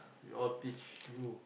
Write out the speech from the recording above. we all teach you